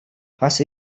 бас